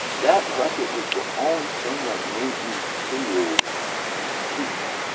that record was the only thing that made me feel complete.